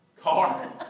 Car